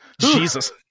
Jesus